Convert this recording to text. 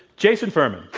jason furman.